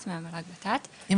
אני מהמל"ג ות"ת.